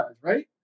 right